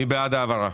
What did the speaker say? מי בעד ההעברה?